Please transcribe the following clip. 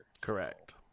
Correct